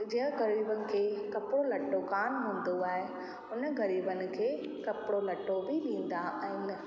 जीअं ग़रीबनि खे कपिड़ो कान हूंदो आहे उन ग़रीबनि खे कपिड़ो लटो बि ॾींदा आहिनि